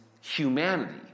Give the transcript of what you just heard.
humanity